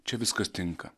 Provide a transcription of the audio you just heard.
čia viskas tinka